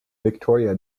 victoria